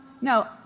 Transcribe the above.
no